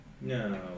No